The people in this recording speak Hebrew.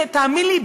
תאמין לי,